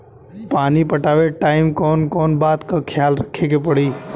पानी पटावे टाइम कौन कौन बात के ख्याल रखे के पड़ी?